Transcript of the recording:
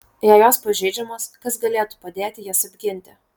jei jos pažeidžiamos kas galėtų padėti jas apginti